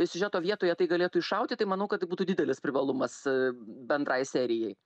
siužeto vietoje tai galėtų iššauti tai manau kad būtų didelis privalumas bendrai serijai